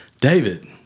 David